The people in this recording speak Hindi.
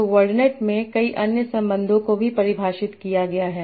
तो वर्डनेट में कई अन्य संबंधों को भी परिभाषित किया गया है